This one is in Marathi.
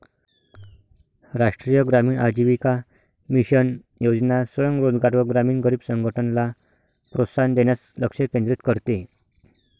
राष्ट्रीय ग्रामीण आजीविका मिशन योजना स्वयं रोजगार व ग्रामीण गरीब संघटनला प्रोत्साहन देण्यास लक्ष केंद्रित करते